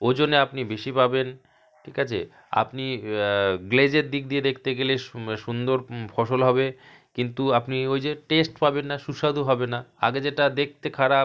ওজনে আপনি বেশি পাবেন ঠিক আছে আপনি গ্লেজের দিক দিয়ে দেখতে গেলে সুন্দর ফসল হবে কিন্তু আপনি ওই যে টেস্ট পাবেন না সুস্বাদু হবে না আগে যেটা দেখতে খারাপ